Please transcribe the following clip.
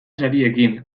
sariekin